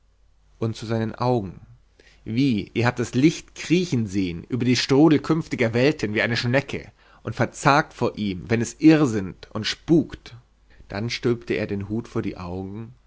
und zu seinen augen wie ihr habt das licht kriechen sehen über die strudel künftiger welten wie eine schnecke und verzagt vor ihm wenn es irrsinnt und spukt dann stülpte er den hut vor die augen